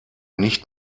nicht